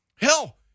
Hell